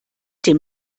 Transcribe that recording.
dem